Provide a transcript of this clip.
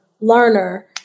learner